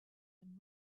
been